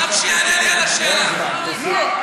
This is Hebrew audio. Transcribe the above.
תקשיבו,